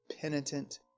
penitent